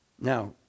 Now